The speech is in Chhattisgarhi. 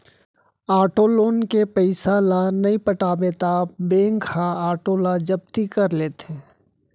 आटो लोन के पइसा ल नइ पटाबे त बेंक ह आटो ल जब्ती कर लेथे